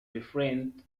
befriend